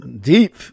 Deep